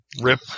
Rip